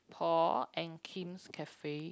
Paul and Kim's cafe